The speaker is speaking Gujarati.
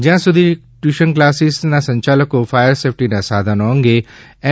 જ્યાં સુધી ટ્યુશન કલાસીસ સંચાલકો ફાયર સેફટીના સાધનો અંગે એન